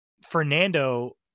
Fernando